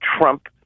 Trump